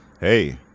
Hey